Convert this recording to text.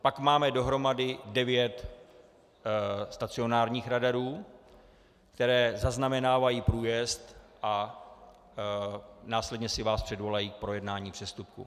Pak máme dohromady devět stacionárních radarů, které zaznamenávají průjezd a následně si vás předvolají k projednání přestupku.